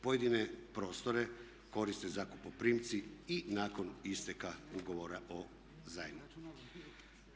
Pojedine prostore koriste zakupoprimci i nakon isteka ugovora o zajmu.